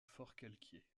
forcalquier